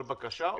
כל בקשה?